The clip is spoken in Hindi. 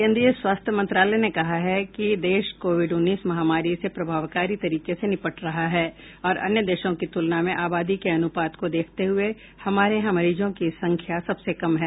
केंद्रीय स्वास्थ्य मंत्रालय ने कहा है कि देश कोविड उन्नीस महामारी से प्रभावकारी तरीके से निपट रहा है और अन्य देशों की तुलना में आबादी के अनुपात को देखते हुए हमारे यहां मरीजों की संख्या सबसे कम है